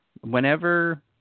Whenever